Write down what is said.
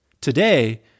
Today